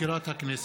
מזכירת הכנסת.